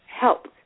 help